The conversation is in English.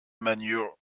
manure